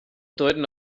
deuten